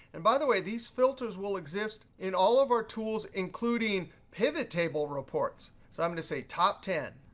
and by the way, these filters will exist in all of our tools, including pivot table reports. so i'm going to say top ten.